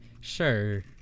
Sure